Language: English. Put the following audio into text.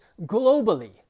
globally